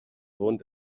wohnt